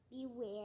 beware